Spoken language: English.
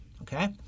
Okay